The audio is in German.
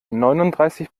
neununddreißig